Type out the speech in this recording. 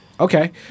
Okay